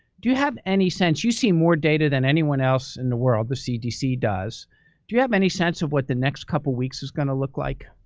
do you have any sense you see more data than anyone else in the world, the cdc does do you have any sense of what the next couple weeks is going to look like?